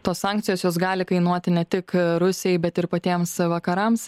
tos sankcijos jos gali kainuoti ne tik rusijai bet ir patiems vakarams